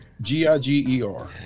G-I-G-E-R